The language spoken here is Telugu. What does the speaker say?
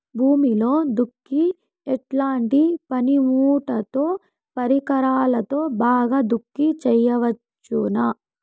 భూమిలో దుక్కి ఎట్లాంటి పనిముట్లుతో, పరికరాలతో బాగా దుక్కి చేయవచ్చున?